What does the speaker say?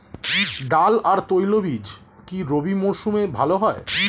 ডাল আর তৈলবীজ কি রবি মরশুমে ভালো হয়?